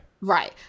right